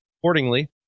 accordingly